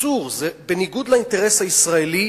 זה בניגוד לאינטרס הישראלי,